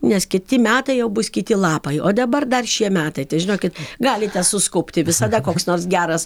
nes kiti metai jau bus kiti lapai o dabar dar šie metai tai žinokit galite suskubti visada koks nors geras